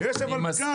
יש אבל פקק.